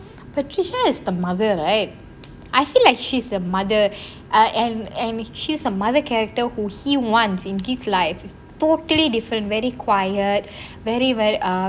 patricia is the mother right I feel like she's the mother and and she's a mother character who he once in his life is totally different very quiet very very um